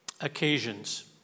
occasions